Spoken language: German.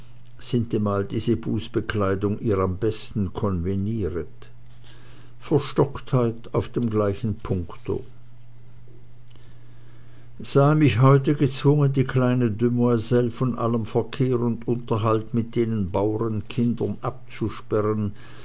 sintemal diese bußkleidung ihr am besten conveniret verstocktheit auf dem gleichen puncto sahe mich heute gezwungen die kleine demoiselle von allem verkehr und unterhalt mit denen baurenkindern abzusperren